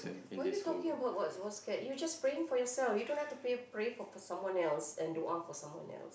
what are you talking about what what scared you just praying for yourself you don't have to pay pray for someone else and do what for someone else